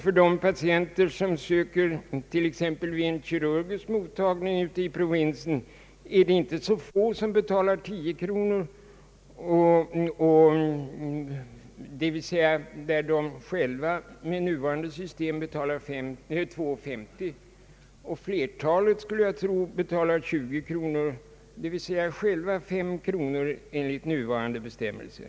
För de patienter som söker vid exempelvis en kirurgisk mottagning i provinsen är det inte så få som betalar 10 kronor, vilket innebär att de själva med nuvarande system betalar 2:50 kronor. Jag skulle tro att flertalet betalar 20 kronor, d.v.s. de betalar själva fem kronor enligt nuvarande bestämmelser.